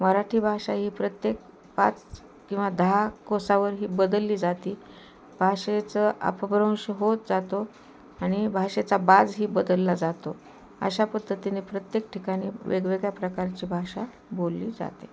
मराठी भाषा ही प्रत्येक पाच किंवा दहा कोसावर ही बदलली जाती भाषेचं अपभ्रंश होत जातो आणि भाषेचा बाज ही बदलला जातो अशा पद्धतीने प्रत्येक ठिकाणी वेगवेगळ्या प्रकारची भाषा बोलली जाते